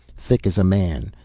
thick as a man,